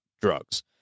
drugs